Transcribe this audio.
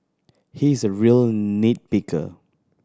he is a real nit picker